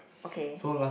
okay